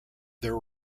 their